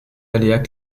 aléas